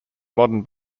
modern